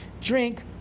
drink